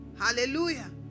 Hallelujah